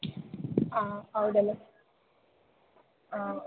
ಹಾಂ ಹೌದಲ್ವ ಹಾಂ